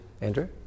Andrew